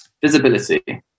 Visibility